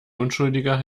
unschuldiger